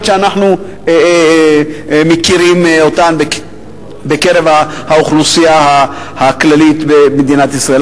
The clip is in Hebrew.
שאנחנו מכירים בקרב האוכלוסייה הכללית במדינת ישראל.